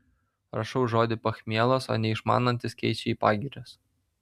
rašau žodį pachmielas o neišmanantys keičia į pagirios